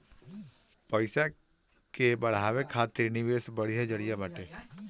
पईसा के बढ़ावे खातिर निवेश बढ़िया जरिया बाटे